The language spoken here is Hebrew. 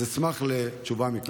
אז אשמח לתשובה מכבוד השר.